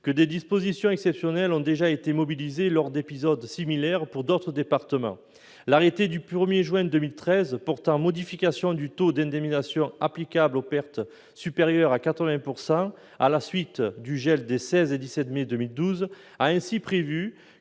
que des dispositions exceptionnelles ont déjà été mobilisées lors d'épisodes similaires pour d'autres départements. L'arrêté du 1 juin 2013 portant modification du taux d'indemnisation applicable aux pertes supérieures à 80 %, à la suite du gel des 16 et 17 mai 2012, a ainsi prévu